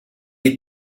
est